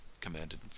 commanded